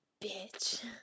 bitch